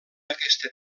aquesta